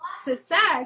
success